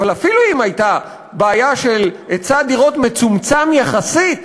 אבל אפילו אם הייתה בעיה של היצע דירות מצומצם יחסית,